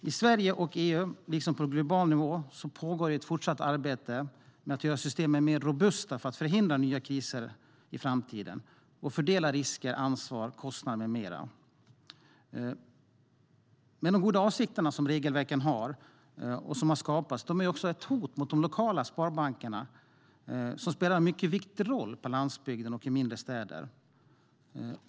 I Sverige och EU, liksom på global nivå, pågår fortsatt ett arbete med att göra systemen mer robusta för att förhindra nya kriser i framtiden och för att fördela risker, ansvar, kostnader med mera. De goda avsikter som finns med regelverk är dock ett hot mot de lokala sparbankerna, som spelar en mycket viktig roll på landsbygden och i mindre städer.